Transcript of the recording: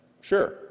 Sure